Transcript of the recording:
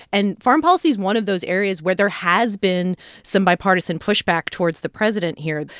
and foreign policy is one of those areas where there has been some bipartisan pushback towards the president here.